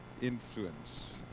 influence